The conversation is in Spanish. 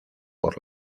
por